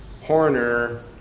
Horner